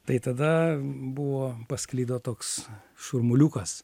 tai tada buvo pasklido toks šurmuliukas